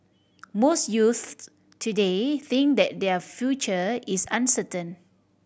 most youths today think that their future is uncertain